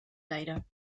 leide